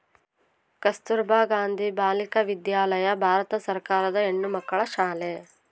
ಕಸ್ತುರ್ಭ ಗಾಂಧಿ ಬಾಲಿಕ ವಿದ್ಯಾಲಯ ಭಾರತ ಸರ್ಕಾರದ ಹೆಣ್ಣುಮಕ್ಕಳ ಶಾಲೆ